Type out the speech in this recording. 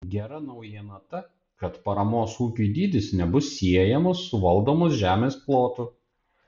gera naujiena ta kad paramos ūkiui dydis nebus siejamas su valdomos žemės plotu